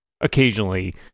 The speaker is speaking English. occasionally